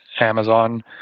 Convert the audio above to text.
Amazon